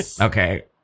Okay